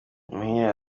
muhire